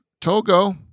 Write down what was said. Togo